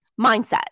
mindset